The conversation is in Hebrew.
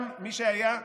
גם מי שהיה אז,